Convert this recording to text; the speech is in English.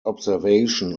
observation